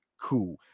Cool